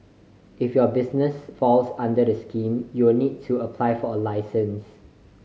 if your business falls under this scheme you'll need to apply for a license